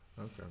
Okay